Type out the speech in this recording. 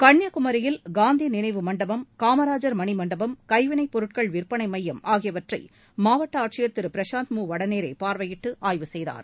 கள்னியாகுமரியில் காந்தி நினைவு மண்டபம் காமராஜர் மணி மண்டபம் கைவினைப் பொருட்கள் விற்பனை மையம் ஆகியவற்றை மாவட்ட ஆட்சியர் திரு பிரஷாந்த் வடநேரே பார்வையிட்டு ஆய்வு செய்தார்